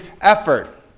effort